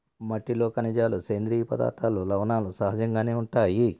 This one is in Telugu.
మట్టిలో ఖనిజాలు, సేంద్రీయ పదార్థాలు, లవణాలు సహజంగానే ఉంటాయి